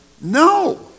no